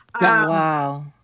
Wow